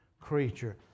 creature